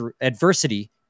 adversity